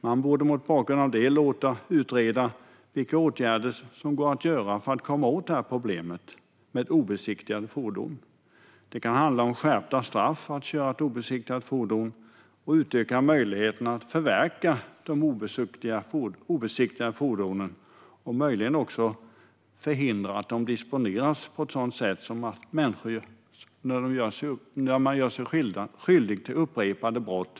Mot bakgrund av detta borde man låta utreda vilka åtgärder som kan vidtas för att komma åt problemet med obesiktade fordon. Det kan handla om skärpta straff för att köra ett obesikat fordon, utökade möjligheter att förverka obesiktade fordon och möjligen också att förhindra att fordonen disponeras av människor på så sätt att de gör sig skyldiga till upprepade brott.